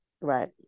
right